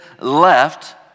left